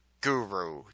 Guru